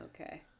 Okay